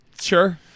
Sure